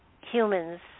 humans